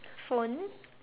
phone